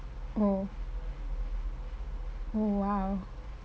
oh oh !wow!